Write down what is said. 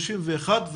ה-31 לאוגוסט,